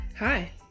hi